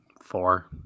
Four